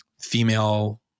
female